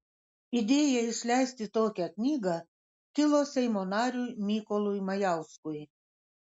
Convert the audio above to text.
idėja išleisti tokią knygą kilo seimo nariui mykolui majauskui